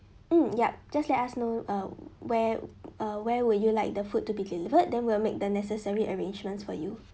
mm yup just let us know um where uh where would you like the food to be delivered then we'll make the necessary arrangements for you